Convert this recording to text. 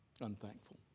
Unthankful